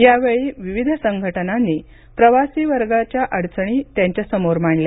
यावेळी विविध संघटनांनी प्रवासी वर्गांच्या अडचणी त्यांच्यासमोर मांडल्या